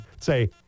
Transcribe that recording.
Say